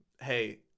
hey